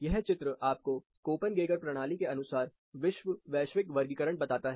यह चित्र आपको कोप्पेन गीगर प्रणाली के अनुसार विश्व वैश्विक वर्गीकरण बताता है